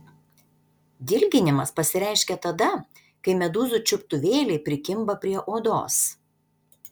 dilginimas pasireiškia tada kai medūzų čiuptuvėliai prikimba prie odos